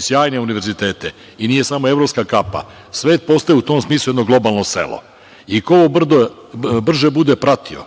Sjajni univerziteti i nije samo evropska kapa, svet postaje u tom smislu jedno globalno selo i ko brže bude pratio,